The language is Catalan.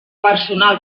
personal